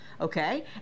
okay